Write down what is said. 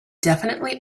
definitely